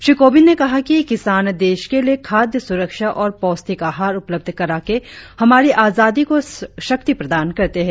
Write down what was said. श्री कोविंद ने कहा कि किसान देश के लिए खाद्य सुरक्षा और पौष्टिक आहार उपलब्ध कराके हमारी आजादी को शक्ति प्रदान करते है